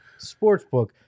sportsbook